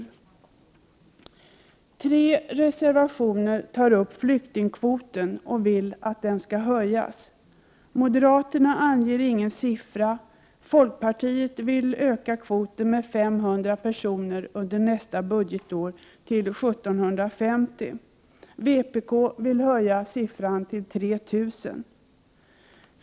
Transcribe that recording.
72 Tre reservationer tar upp flyktingkvoten, och reservanterna vill att den skall höjas. Moderaterna anger ingen siffra. Folkpartiet vill öka kvoten med 500 personer under nästa budgetår till 1 750 personer. Vpk vill höja siffran till 3 000.